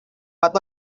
but